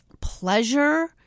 pleasure